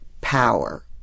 power